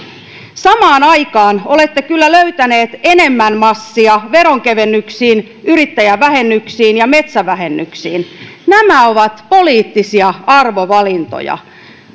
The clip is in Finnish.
samaan aikaan olette kyllä löytäneet enemmän massia veronkevennyksiin yrittäjävähennyksiin ja metsävähennyksiin nämä ovat poliittisia arvovalintoja